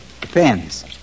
Depends